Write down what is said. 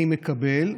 אני מקבל.